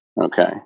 okay